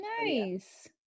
nice